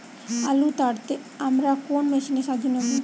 আলু তাড়তে আমরা কোন মেশিনের সাহায্য নেব?